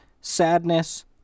sadness